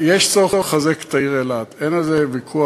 צריך לחזק את העיר אילת, אין על זה ויכוח.